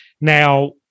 Now